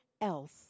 else